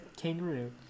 kangaroo